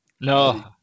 No